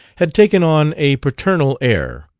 had taken on a paternal air,